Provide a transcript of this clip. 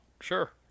Sure